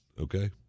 Okay